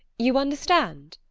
you understand?